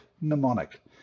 mnemonic